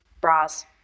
bras